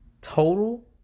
Total